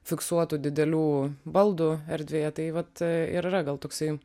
fiksuotų didelių baldų erdvėje tai vat ir yra gal toksai